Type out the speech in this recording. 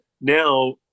now